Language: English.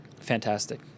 Fantastic